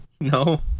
No